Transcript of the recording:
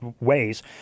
ways